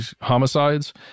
homicides